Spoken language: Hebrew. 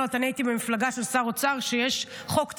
אני לא יודעת, אני הייתי במפלגה של שר אוצר.